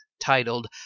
titled